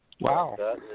Wow